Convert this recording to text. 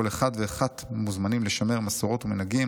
כל אחד ואחת מוזמנים לשמר מסורות ומנהגים,